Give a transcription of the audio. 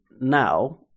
now